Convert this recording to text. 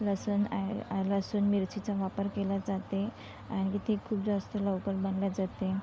लसन लसूण मिरचीचा वापर केला जाते आणखी ते खूप जास्त लवकर बनला जाते